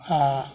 आ